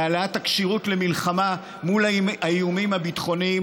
להעלאת הכשירות למלחמה מול האיומים הביטחוניים